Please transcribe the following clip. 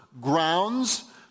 grounds